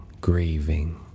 Grieving